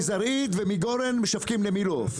מזרעית ומגורן משווקים למילועוף,